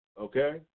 okay